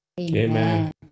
Amen